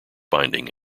binding